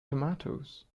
tomatoes